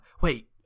Wait